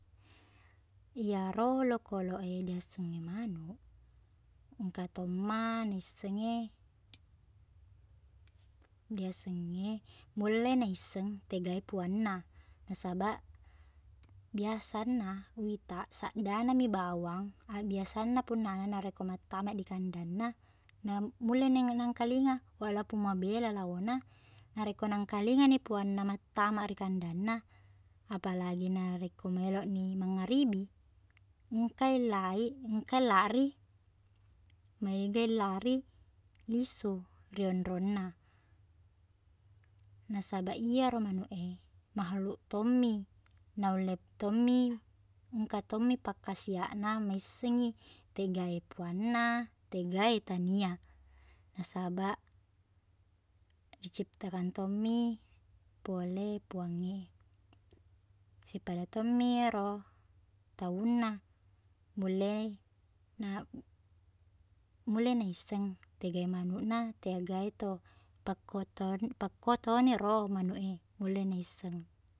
Iyaro olokkolok e li aseng e manuq engka tomma nissengngi- liassengnge mulle naisseng tegae puangna nasabaq biasanna wita saddanami bawang abbiasanna punnana narekko mattama di kandangna na mulle neng- nangkelinga walapun mabela laona narekko nangkelingani puangna mattama ri kandangna apalagi narekko meloni mangaribi engkai laiq- engkai lari- maegai lari lisu ri onrongna nasaba iyaro manuq e makhluk tommi naulle tommi- engka tommi pakkasiakna meissengngi tegae puangna tegae tania nasaba ri ciptakan tommi pole puang e sipada tommiro taunna mulle na- mulle naisseng tegae manuqna tegae to- pakoto- pakotoniro manuq e mulle naisseng